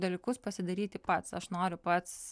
dalykus pasidaryti pats aš noriu pats